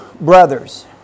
brothers